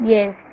Yes